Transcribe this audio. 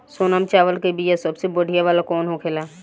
सोनम चावल के बीया सबसे बढ़िया वाला कौन होखेला?